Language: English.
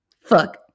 Fuck